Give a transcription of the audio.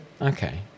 Okay